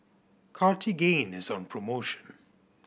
Cartigain is on promotion